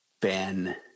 Ben